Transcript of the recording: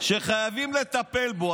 שחייבים לטפל בו.